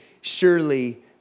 surely